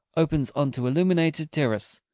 opens on to illuminated terrace.